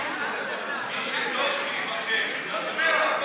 מי שטוב שייבחר.